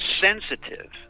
sensitive